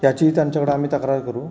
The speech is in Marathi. याची त्यांच्याकडं आम्ही तक्रार करू